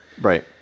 Right